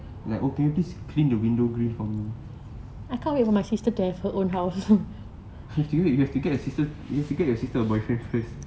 like oh can you please clean the window grill for me you have to wait you have to get your sister you have to get your sister a boyfriend first